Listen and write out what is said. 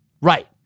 Right